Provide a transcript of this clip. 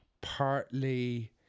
Partly